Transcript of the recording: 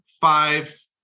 five